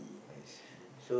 I see